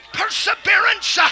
perseverance